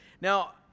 Now